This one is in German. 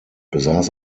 besaß